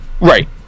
Right